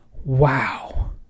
Wow